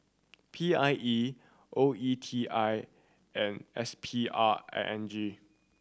P I E O E T I and S P R I N G